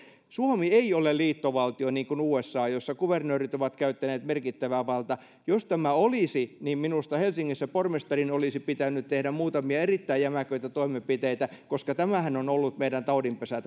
suomi ei ole liittovaltio niin kuin usa jossa kuvernöörit ovat käyttäneet merkittävää valtaa jos tämä olisi niin minusta helsingissä pormestarin olisi pitänyt tehdä muutamia erittäin jämäköitä toimenpiteitä koska tämä helsinkihän on ollut meidän taudinpesä